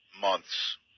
months